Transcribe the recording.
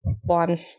one